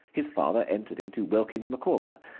his father entered into wilkins micawber.